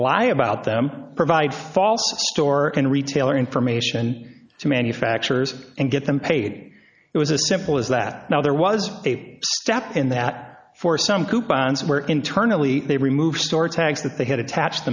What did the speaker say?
lot about them provide false store and retailer information to manufacturers and get them paid it was a simple as that now there was a step in that for some coupons where internally they removed store tags that they had attached